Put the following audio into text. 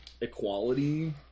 equality